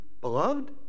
beloved